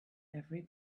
every